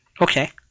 Okay